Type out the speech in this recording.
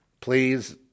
please